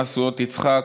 במשואות יצחק,